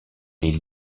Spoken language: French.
les